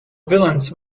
villains